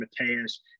Mateus